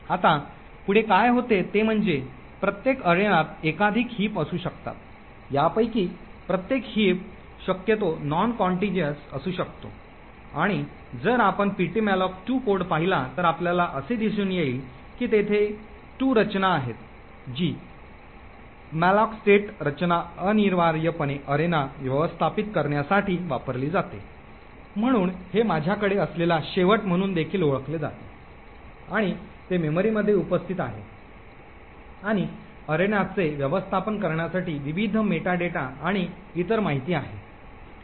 आता पुढे काय होते ते म्हणजे प्रत्येक अरेनात एकाधिक हिप असू शकतात यापैकी प्रत्येक हिप शक्यतो नॉन कॉन्टिग्युस्ट असू शकतो आणि जर आपण ptmalloc2 कोड पाहिला तर आपल्याला असे दिसून येईल की तेथे 2 रचना आहेत जी malloc state रचना अनिवार्यपणे अरेना व्यवस्थापित करण्यासाठी वापरली जाते म्हणून हे माझ्याकडे असलेला शेवट म्हणून देखील ओळखले जाते आणि ते मेमरीमध्ये उपस्थित आहे आणि अरेनाचे व्यवस्थापन करण्यासाठी विविध मेटा डेटा आणि इतर माहिती आहे